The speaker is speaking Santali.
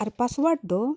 ᱟᱨ ᱯᱟᱥᱣᱟᱨᱰ ᱫᱚ